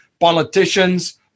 politicians